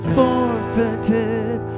forfeited